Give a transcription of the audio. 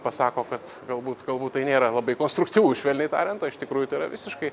pasako kad galbūt galbūt tai nėra labai konstruktyvu švelniai tariant o iš tikrųjų tai yra visiškai